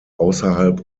außerhalb